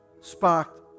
sparked